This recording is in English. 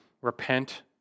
repent